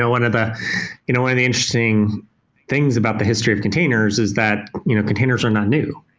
ah one of the you know and the interesting things about the history of containers is that you know containers are not new.